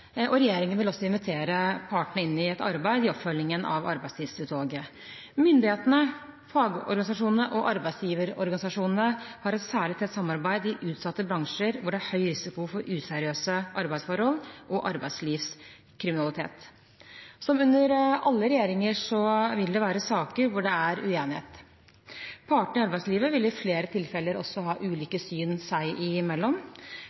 et arbeid i oppfølgingen av Arbeidstidsutvalget. Myndighetene, fagorganisasjonene og arbeidsgiverorganisasjonene har et særlig tett samarbeid i utsatte bransjer hvor det er høy risiko for useriøse arbeidsforhold og arbeidslivskriminalitet. Som under alle regjeringer vil det være saker hvor det er uenighet. Partene i arbeidslivet vil i flere tilfeller også ha